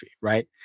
right